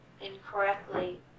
incorrectly